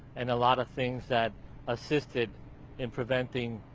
and a lot of things that assisted in preventing.